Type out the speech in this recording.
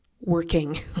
working